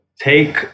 take